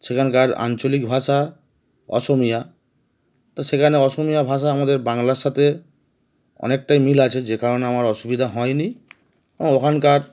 সেখানকার আঞ্চলিক ভাষা অসমিয়া তো সেখানে অসমিয়া ভাষা আমাদের বাংলার সাথে অনেকটাই মিল আছে যে কারণে আমার অসুবিধা হয় নি ওখানকার